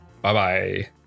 Bye-bye